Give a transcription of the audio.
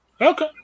Okay